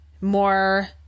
more